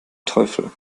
teufel